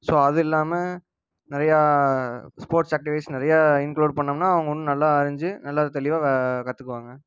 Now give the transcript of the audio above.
so அது இல்லாமல் நிறையா ஸ்போட்ஸ் ஆக்டிவிட்டீஸ் நிறையா இன்க்ளூட் பண்ணோம்னால் அவங்க இன்னும் நல்லா அறிஞ்சு நல்லா தெளிவாக கற்றுக்குவாங்க